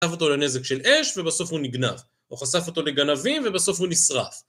חשף אותו לנזק של אש ובסוף הוא נגנב, או חשף אותו לגנבים ובסוף הוא נשרף